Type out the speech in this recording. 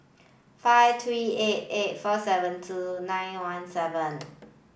five three eight eight four seven two nine one seven